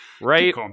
Right